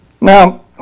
Now